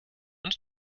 und